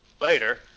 Later